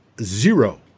zero